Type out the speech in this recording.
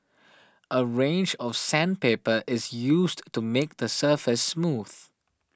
a range of sandpaper is used to make the surface smooth